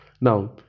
Now